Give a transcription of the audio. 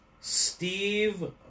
Steve